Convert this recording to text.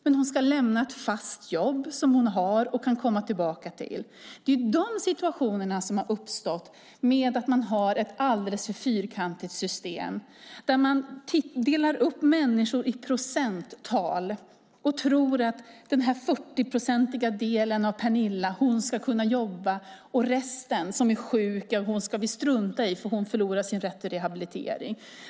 Hon ska alltså lämna ett fast jobb som hon kan komma tillbaka till. Det är sådana situationer som uppstått på grund av ett alldeles för fyrkantigt system. Man delar upp människor i procenttal och tror att den 40-procentiga delen av Pernilla ska kunna jobba, och resten, som är sjuk, ska vi strunta i för hon förlorar sin rätt till rehabilitering.